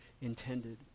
intended